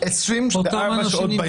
24 שעות ביום.